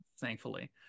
thankfully